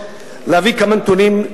להביא כמה נתונים,